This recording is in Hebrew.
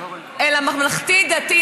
אלא ממלכתי-דתי,